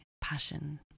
passion